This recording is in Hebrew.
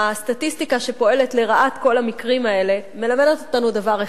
הסטטיסטיקה שפועלת לרעת כל המקרים האלה מלמדת אותנו דבר אחד: